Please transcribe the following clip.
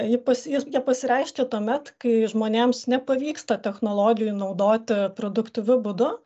ji pas jus jie pasireiškia tuomet kai žmonėms nepavyksta technologijų naudoti produktyviu būdu